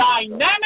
dynamic